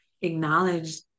acknowledge